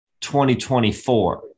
2024